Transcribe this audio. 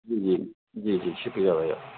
جی جی جی جی شکریہ بھیا